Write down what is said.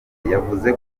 yavuze